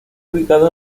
ubicado